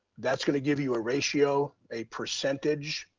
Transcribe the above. that's gonna give you a ratio, a percentage,